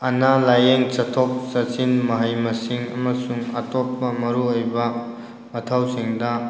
ꯑꯅꯥ ꯂꯥꯏꯌꯦꯡ ꯆꯠꯊꯣꯛ ꯆꯠꯁꯤꯟ ꯃꯍꯩ ꯃꯁꯤꯡ ꯑꯃꯁꯨꯡ ꯑꯇꯣꯞꯄ ꯃꯔꯨ ꯑꯣꯏꯕ ꯃꯊꯧꯁꯤꯡꯗ